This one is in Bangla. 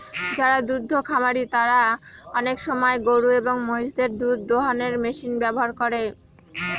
যারা দুদ্ধ খামারি তারা আনেক সময় গরু এবং মহিষদের দুধ দোহানোর মেশিন ব্যবহার করে